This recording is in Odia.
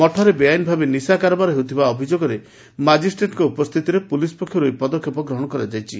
ମଠରେ ବେଆଇନ ଭାବେ ନିଶା କାରବାର ହେଉଥିବା ଅଭିଯୋଗରେ ମାଜିଷ୍ଟ୍ରେଟ୍ଙ୍କ ଉପସ୍ଥିତିରେ ପୋଲିସ ପକ୍ଷର୍ ଏହି ପଦକ୍ଷେପ ଗ୍ରହଣ କରାଯାଇଛି